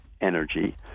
energy